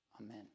amen